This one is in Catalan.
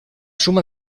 suma